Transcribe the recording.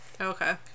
Okay